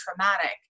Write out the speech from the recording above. traumatic